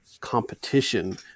competition